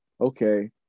okay